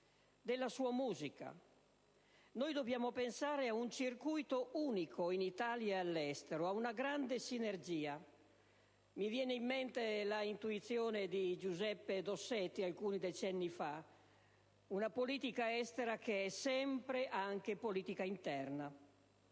della sua musica. Noi dobbiamo pensare a un circuito unico in Italia e all'estero, a una grande sinergia. Mi viene in mente l'intuizione di Giuseppe Dossetti di alcuni decenni fa: una politica estera che è sempre anche politica interna.